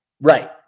Right